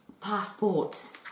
passports